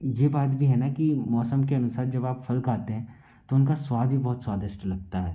यह बात भी हैं न कि मौसम के अनुसार जब आप फल खाते हैं तो उनका स्वाद भी बहुत स्वादिष्ट लगता है